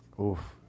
Oof